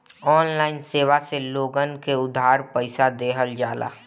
online सेवा से लोगन के उधार पईसा देहल जाला